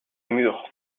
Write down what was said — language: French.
mûr